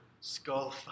skull